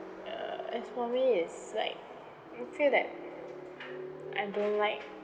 uh as for me it's like I feel that I don't like